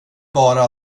bara